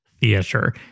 theater